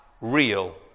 real